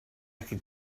could